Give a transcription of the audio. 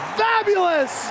fabulous